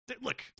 Look